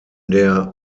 der